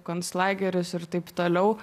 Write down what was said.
konclagerius ir taip toliau